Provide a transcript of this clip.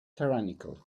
tyrannical